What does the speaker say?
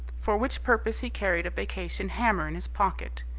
for which purpose he carried a vacation hammer in his pocket,